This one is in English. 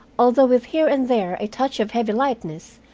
although with here and there a touch of heavy lightness,